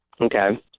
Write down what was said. Okay